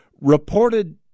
reported